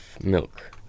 milk